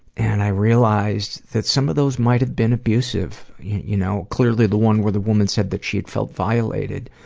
and i realized that some of those might have been abusive you know clearly, the one where the woman said that she had felt violated.